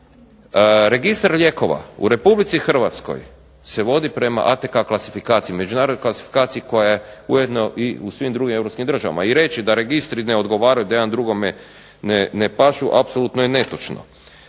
Registar lijekova u Republici Hrvatskoj se vodi prema ATK klasifikaciji, međunarodnoj klasifikaciji koja je ujedno i u svim drugim europskim državama i reći da registri ne odgovaraju, da jedan drugome ne pašu apsolutno je netočno.